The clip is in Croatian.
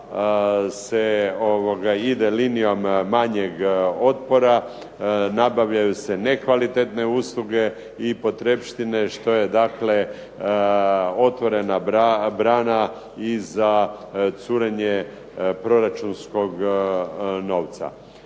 se ide linijom manjeg otpora, nabavljaju se nekvalitetne usluge i potrepštine što je dakle otvorena brana za curenje proračunskog novca.